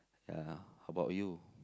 ya how bout you